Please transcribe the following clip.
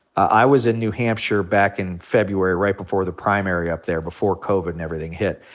i was in new hampshire back in february right before the primary up there, before covid and everything hit.